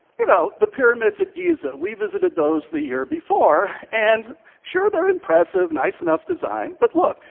you know the pyramids at giza, we visited those the year before, and sure they're impressive, nice enough design, but look,